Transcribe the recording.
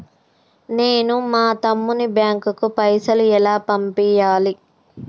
నేను మా తమ్ముని బ్యాంకుకు పైసలు ఎలా పంపియ్యాలి?